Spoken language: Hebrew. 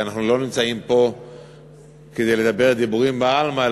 כי אנחנו לא נמצאים פה כדי לדבר דיבורים בעלמא,